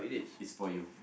it it's for you